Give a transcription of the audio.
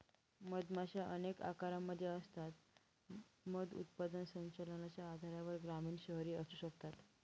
मधमाशा अनेक आकारांमध्ये असतात, मध उत्पादन संचलनाच्या आधारावर ग्रामीण, शहरी असू शकतात